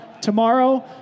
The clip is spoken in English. tomorrow